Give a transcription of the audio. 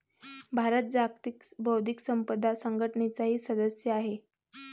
भारत जागतिक बौद्धिक संपदा संघटनेचाही सदस्य आहे